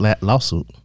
lawsuit